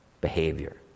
behavior